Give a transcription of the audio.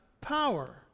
power